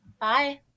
Bye